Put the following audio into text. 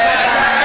אני מבקשת לסיים.